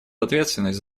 ответственность